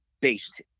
based